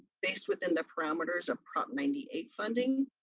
based within the parameters of prop ninety eight funding,